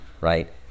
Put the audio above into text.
right